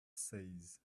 says